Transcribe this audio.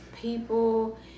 people